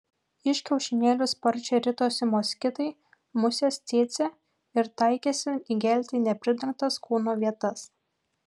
iš kiaušinėlių sparčiai ritosi moskitai musės cėcė ir taikėsi įgelti į nepridengtas kūno vietas